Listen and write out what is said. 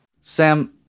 Sam